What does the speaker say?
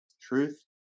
truth